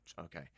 Okay